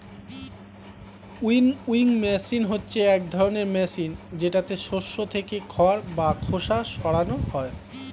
winnowing machine হচ্ছে এক ধরনের মেশিন যেটাতে শস্য থেকে খড় বা খোসা সরানো হয়